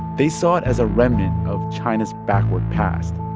they saw it as a remnant of china's backward past.